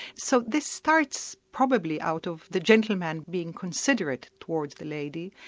so this starts probably out of the gentleman being considerate towards the lady,